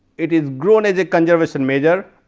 it is grown as a conservation measure,